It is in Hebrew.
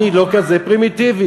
אני לא כזה פרימיטיבי,